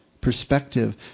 perspective